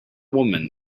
woman